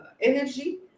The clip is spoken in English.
energy